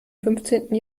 fünfzehnten